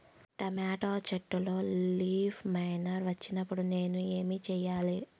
Tomato చెట్టులో leaf miner వచ్చినప్పుడు నేను ఏమి చెయ్యాలి?